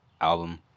album